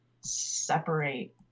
separate